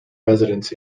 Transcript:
residents